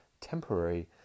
temporary